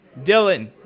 Dylan